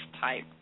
type